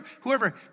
whoever